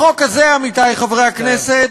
החוק הזה, עמיתי חברי הכנסת,